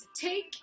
take